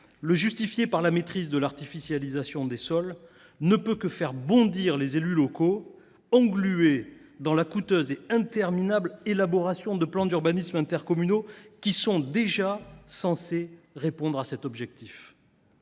mesure par la maîtrise de l’artificialisation des sols ne peut que faire bondir les élus locaux, englués dans la coûteuse et interminable élaboration de plans locaux d’urbanisme intercommunaux qui sont déjà censés viser cet objectif.